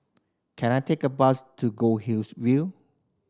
can I take a bus to Goldhill's View